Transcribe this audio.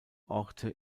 orte